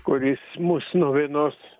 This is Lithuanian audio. kuris mus nuo vienos